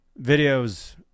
Videos